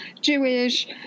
Jewish